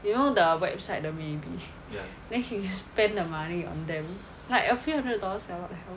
you know the website the maybe then he spend the money on them like a few hundred dollars sia what the hell